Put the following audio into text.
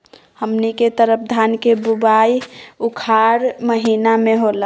हमनी के तरफ धान के बुवाई उखाड़ महीना में होला